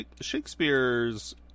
Shakespeare's